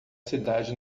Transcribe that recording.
cidade